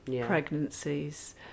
pregnancies